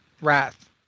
Wrath